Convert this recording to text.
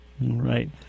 Right